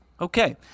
Okay